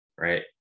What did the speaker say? right